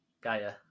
Gaia